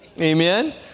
Amen